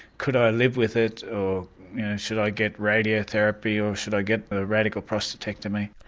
could i live with it or should i get radiotherapy or should i get a radical prostatectomy.